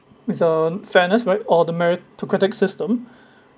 it's uh fairness merit or the meritocratic system